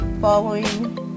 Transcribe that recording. Following